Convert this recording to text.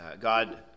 God